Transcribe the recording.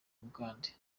bugande